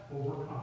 overcome